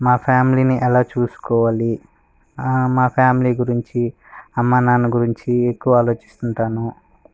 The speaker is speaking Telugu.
మా ఫ్యామిలీని ఎలా చూసుకోవాలి మా ఫ్యామిలీ గురించి అమ్మా నాన్న గురించి ఎక్కువ ఆలోచిస్తుంటాను